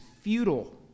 futile